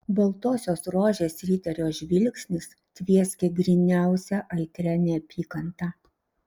baltosios rožės riterio žvilgsnis tvieskė gryniausia aitria neapykanta